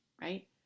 right